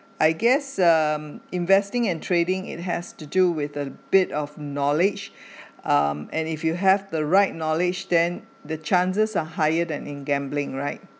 I guess um investing and trading it has to do with a bit of knowledge um and if you have the right knowledge then the chances are higher than in gambling right